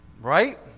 Right